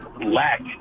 lack